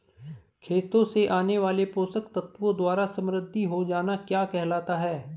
खेतों से आने वाले पोषक तत्वों द्वारा समृद्धि हो जाना क्या कहलाता है?